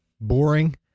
Boring